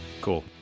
cool